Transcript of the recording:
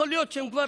יכול להיות שכבר